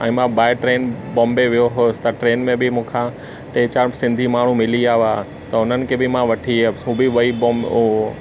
ऐं मां बाए ट्रेन बॉम्बे वियो हुउसि त ट्रेन में बि मूंखां टे चारि सिंधी माण्हू मिली विया हुआ त हुननि खे बि मां वठी वियुसि उहे बि भई बॉम्ब ओ